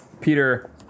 Peter